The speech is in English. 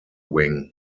wing